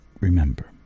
remember